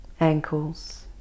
ankles